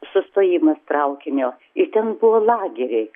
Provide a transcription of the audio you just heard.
sustojimas traukinio ir ten buvo lageriai